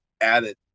added